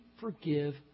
forgive